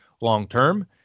long-term